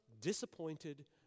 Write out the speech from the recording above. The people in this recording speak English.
disappointed